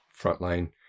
frontline